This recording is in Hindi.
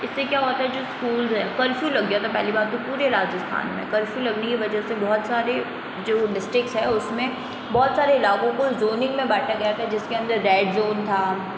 इससे क्या होता है जो स्कूल्स हैं कर्फ़्यू लग गया था पहली बात तो पूरे राजस्थान में कर्फ़्यू लगने की वजह से बहुत सारे जो डिस्ट्रिक्स है उसमें बहुत सारे इलाकों को ज़ोनिंग में बांटा गया था जिसके अंदर रैड ज़ोन था